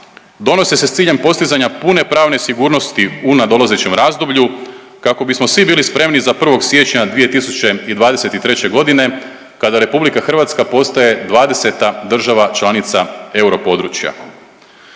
donose se s ciljem postizanja pune pravne sigurnosti u nadolazećem razdoblju kako bismo svi bili spremni za 1. siječnja 2023. g. kada RH postaje 20. država članica europodručja.